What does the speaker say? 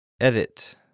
Edit